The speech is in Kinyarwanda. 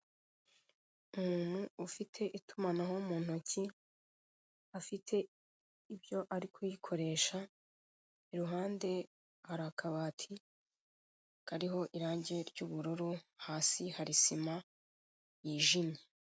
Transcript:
Umuntu ufite itumanaho mu ntoki afite ibyo ari kuyikoresha iruhande hari akabati kariho irange ry'ubururu hasi hari sima yijimye.